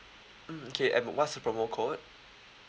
mm okay and what's the promo code